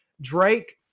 Drake